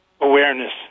awareness